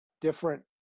different